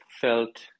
felt